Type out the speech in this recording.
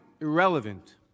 irrelevant